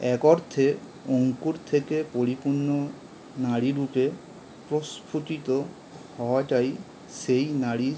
এক অর্থে অঙ্কুর থেকে পরিপূর্ণ নারীরূপে প্রস্ফুটিত হওয়াটাই সেই নারীর